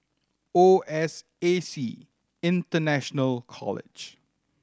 O S A C International College